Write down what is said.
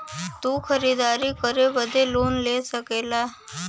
तू खरीदारी करे बदे लोन ले सकला